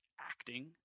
acting